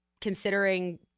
considering